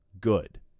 good